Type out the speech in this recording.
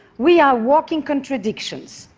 we are walking contradictions.